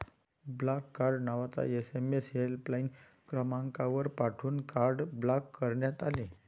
block card नावाचा SMS helpline क्रमांकावर पाठवून कार्ड ब्लॉक करण्यात आले